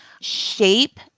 shape